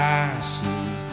ashes